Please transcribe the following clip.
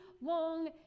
long